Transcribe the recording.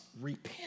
repent